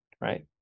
right